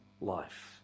life